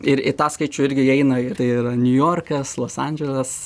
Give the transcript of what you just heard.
ir į tą skaičių irgi įeina ir tai yra niujorkas los andželas